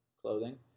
clothing